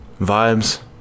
Vibes